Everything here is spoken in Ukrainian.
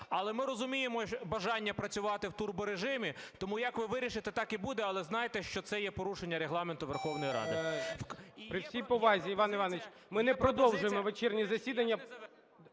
Але ми розуміємо бажання працювати в турборежимі, тому як ви вирішите, так і буде. Але знайте, що це є порушення Регламенту Верховної Ради.